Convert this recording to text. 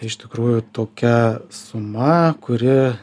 iš tikrųjų tokia suma kuri